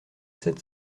sept